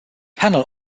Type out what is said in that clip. panel